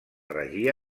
regir